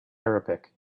arabic